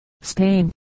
Spain